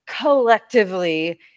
collectively